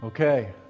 Okay